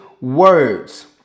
words